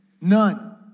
None